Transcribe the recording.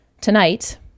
Tonight